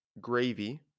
gravy